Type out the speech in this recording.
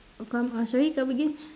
come uh sorry come again